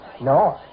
No